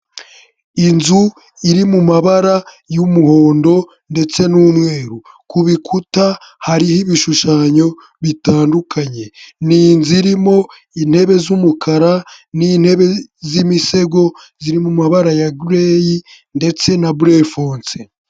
Inzu iri mu mabara y'umuhondo ndetse n'umweru, ku bikuta hariho ibishushanyo bitandukanye, ni inzu irimo intebe z'umukara n'intebe z'imisego ziri mu mabara ya gireyi ndetse na burefonse.